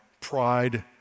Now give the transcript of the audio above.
pride